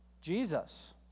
Jesus